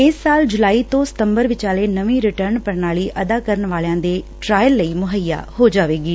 ਇਸ ਸਾਲ ਜੁਲਾਈ ਤੋਂ ਸਤੰਬਰ ਵਿਚਾਲੇ ਨਵੀਂ ਰਿਟਰਨ ਪੁਣਾਲੀ ਕਰ ਅਦਾ ਕਰਨ ਵਾਲਿਆਂ ਦੇ ਟਰਾਇਲ ਲਈ ਮੁਹੱਈਆ ਹੋ ਜਾਵੇਗੀ